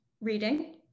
Reading